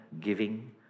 giving